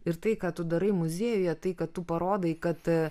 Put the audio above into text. ir tai ką tu darai muziejuje tai kad tu parodai kad